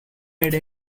made